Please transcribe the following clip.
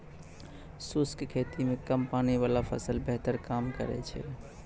शुष्क खेती मे कम पानी वाला फसल बेहतर काम करै छै